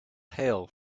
hail